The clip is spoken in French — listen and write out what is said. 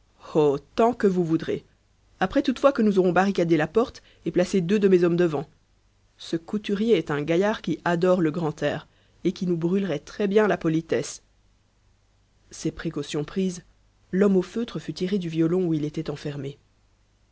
tant que vous voudrez après toutefois que nous aurons barricadé la porte et placé deux de mes hommes devant ce couturier est un gaillard qui adore le grand air et qui nous brûlerait très-bien la politesse ces précautions prises l'homme au feutre fut tiré du violon où il était enfermé